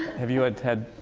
have you had had